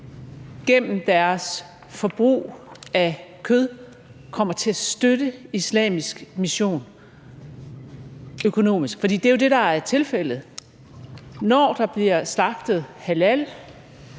gennem deres forbrug af kød kommer til at støtte islamisk mission økonomisk? For det er jo det, der er tilfældet. Når der bliver slagtet halal